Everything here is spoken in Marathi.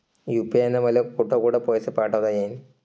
यू.पी.आय न मले कोठ कोठ पैसे पाठवता येईन?